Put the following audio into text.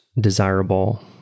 desirable